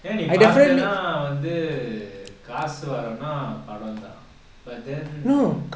eh நீ பாத்தனா வந்து:nee pathana vanthu err காசு வரனா படம் தான்:kasu varana padam thaan but then